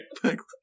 Thanks